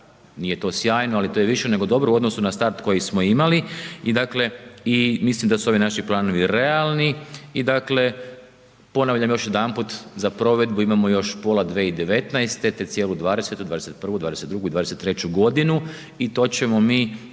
nije to sjajno ali to je više nego dobro u odnosu na start koji smo imali i mislim da su ovi naši planovi realni i dakle ponavljam još jedanput, za provedbu imamo još pola 2019. te cijelu 2020., 2021., 2022. i 2023. g. i to ćemo mi